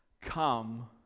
Come